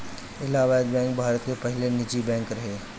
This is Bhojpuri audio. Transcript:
इलाहाबाद बैंक भारत के पहिला निजी बैंक रहे